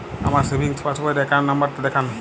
আমার সেভিংস পাসবই র অ্যাকাউন্ট নাম্বার টা দেখান?